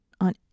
on